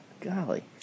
golly